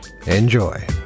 Enjoy